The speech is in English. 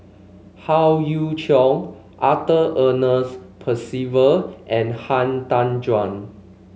Howe Yoon Chong Arthur Ernest Percival and Han Tan Juan